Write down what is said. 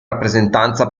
rappresentanza